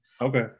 Okay